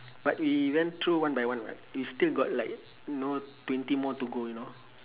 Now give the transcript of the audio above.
but we went through one by one [what] we still got like know twenty more to go you know